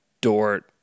Dort